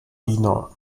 diener